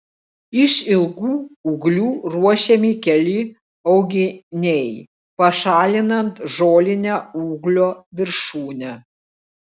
iš ilgų ūglių ruošiami keli auginiai pašalinant žolinę ūglio viršūnę